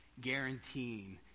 guaranteeing